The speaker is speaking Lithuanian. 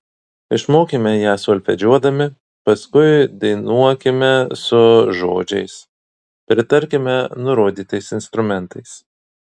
išmokime ją solfedžiuodami paskui dainuokime su žodžiais pritarkime nurodytais instrumentais